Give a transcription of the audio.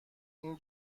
این